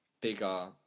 bigger